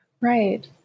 Right